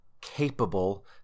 capable